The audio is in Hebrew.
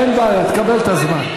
אין בעיה, תקבל את הזמן.